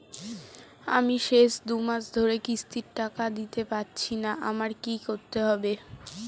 আমি শেষ দুমাস ধরে কিস্তির টাকা ঠিকমতো দিতে পারছিনা আমার কি করতে হবে?